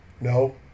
No